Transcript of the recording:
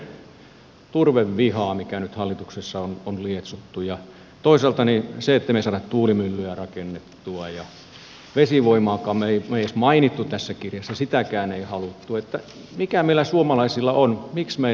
ihmettelen tätä turvevihaa mikä nyt hallituksessa on lietsottu ja toisaalta sitä että me emme saa tuulimyllyä rakennettua ja vesivoimaakaan me emme edes maininneet tässä kirjassa sitäkään ei haluttu mikä meillä suomalaisilla on miksi me emme halua sitä kotimaista